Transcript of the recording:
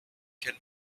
can